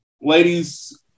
ladies